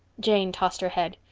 jane tossed her head.